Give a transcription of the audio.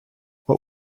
what